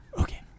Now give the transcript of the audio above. Okay